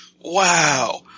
wow